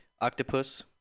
octopus